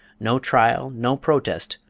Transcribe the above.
no trial, no protest,